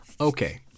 Okay